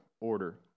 order